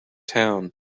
town